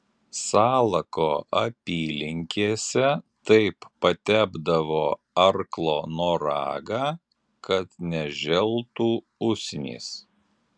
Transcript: salako apylinkėse taip patepdavo arklo noragą kad neželtų usnys